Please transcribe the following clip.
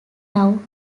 now